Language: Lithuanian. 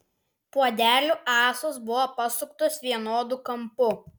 puodelių ąsos buvo pasuktos vienodu kampu